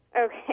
Okay